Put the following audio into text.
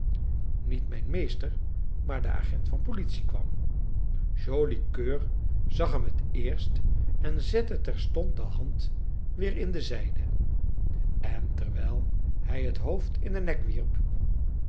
niet mijn meester maar de agent van politie kwam joli coeur zag hem het eerst en zette terstond de hand weer in de zijde en terwijl hij het hoofd in den nek wierp